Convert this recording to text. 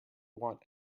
want